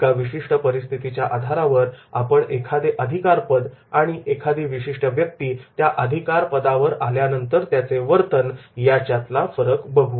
एका विशिष्ट परिस्थितीच्या आधारावर आपण एखादे अधिकारपद आणि एखादी विशिष्ट व्यक्ती त्या अधिकारपदावर आल्यानंतर त्याचे वर्तन याच्यातला फरक बघू